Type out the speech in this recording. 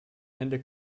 hände